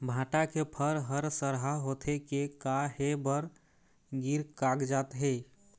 भांटा के फर हर सरहा होथे के काहे बर गिर कागजात हे?